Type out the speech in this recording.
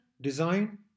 design